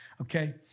okay